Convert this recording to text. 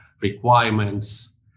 requirements